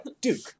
Duke